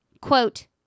quote